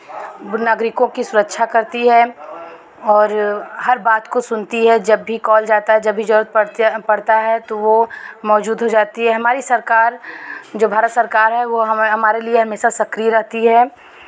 नागरिकों की सुरक्षा करती है और हर बात को सुनती है जब भी कॉल जाता है जब भी जरूरत पड़ती है पड़ता है तो वो मौजूद हो जाती है हमारी सरकार जो भारत सरकार है वो हमें हमारे लिए हमेशा सक्रिय रहती है